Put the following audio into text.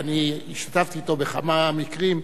אני השתתפתי אתו בכמה מקרים.